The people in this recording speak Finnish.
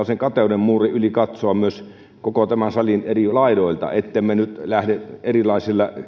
sen kateuden muurin yli katsoa myös koko tämän salin eri laidoilta ettemme nyt lähde erilaisilla